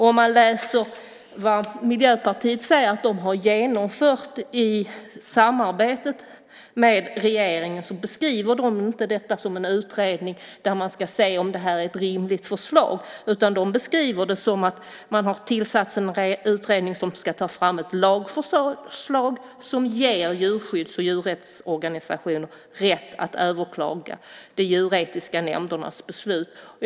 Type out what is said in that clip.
Om man läser vad Miljöpartiet säger att partiet har genomfört i samarbetet med regeringen så ser man att detta inte beskrivs som en utredning där man ska se om det här är ett rimligt förslag. Miljöpartiet beskriver det i stället som att det har tillsatts en utredning som ska ta fram ett lagförslag som ger djurskydds och djurrättsorganisationer rätt att överklaga de djuretiska nämndernas beslut.